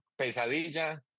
pesadilla